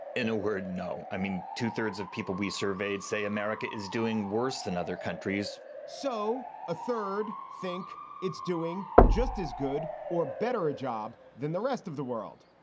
in a word, no. i mean, two thirds of people we surveyed say america is doing worse than other countries so a third think it's doing just as good or better a job than the rest of the world.